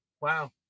Wow